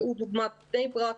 ראו דוגמת בני ברק.